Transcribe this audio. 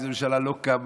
איזו ממשלה לא קמה,